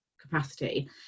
capacity